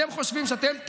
אז טיפש אני לא.